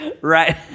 Right